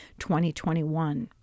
2021